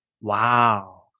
Wow